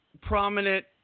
prominent